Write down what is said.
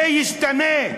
זה ישתנה.